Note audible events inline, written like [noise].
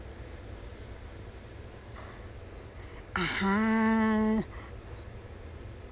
[breath]